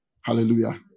Hallelujah